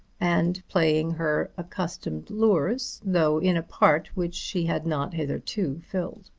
and playing her accustomed lures, though in a part which she had not hitherto filled.